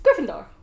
Gryffindor